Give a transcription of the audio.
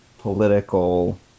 political